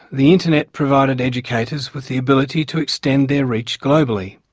the internet provided educators with the ability to extend their reach globally.